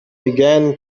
began